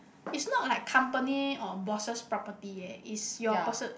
is not like company or bosses property is your person